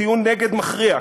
טיעון-נגד מכריע,